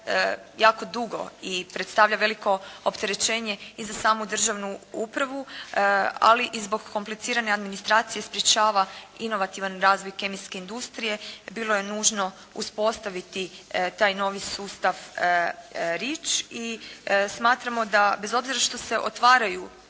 jako dugo i predstavlja veliko opterećenje i za samu državnu upravu, ali i zbog komplicirane administracije sprječava inovativan razvoj kemijske industrije. Bilo je nužno uspostaviti taj novi sustav REACH i smatramo da bez obzira što se otvaraju